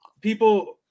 people –